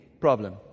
problem